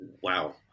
Wow